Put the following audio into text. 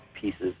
pieces